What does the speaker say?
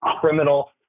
criminal